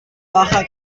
baja